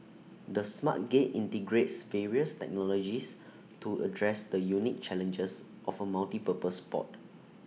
the smart gate integrates various technologies to address the unique challenges of A multipurpose port